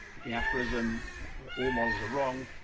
the aphorism all models are wrong,